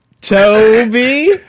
toby